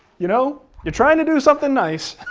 you know, you're trying to do something nice,